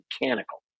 mechanical